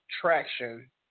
traction